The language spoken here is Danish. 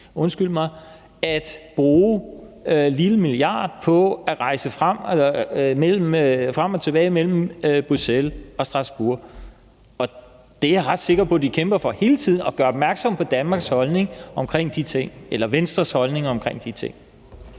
undskyld mig, at bruge en lille milliard på at rejse frem og tilbage mellem Bruxelles og Strasbourg, og der er jeg ret sikker på, at de kæmper for hele tiden at gøre opmærksom på Danmarks holdning omkring de ting, eller Venstres holdninger omkring de ting.